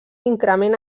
increment